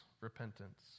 repentance